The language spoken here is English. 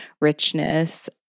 richness